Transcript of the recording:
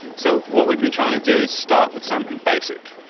so what we've been trying to do is start with something basic,